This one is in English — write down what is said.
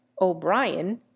O'Brien